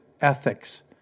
ethics